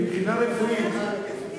מבחינה רפואית.